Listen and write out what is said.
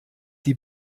die